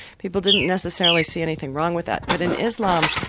people didn't necessarily see anything wrong with that. but in islam,